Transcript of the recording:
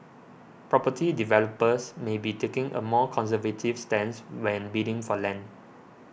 property developers may be taking a more conservative stance when bidding for land